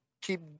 keep